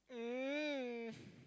um